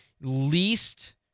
least